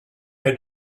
had